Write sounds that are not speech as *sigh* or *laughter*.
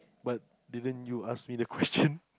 but didn't you ask me the *laughs* question